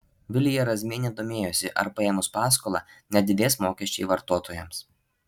vilija razmienė domėjosi ar paėmus paskolą nedidės mokesčiai vartotojams